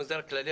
המגזר הכללי,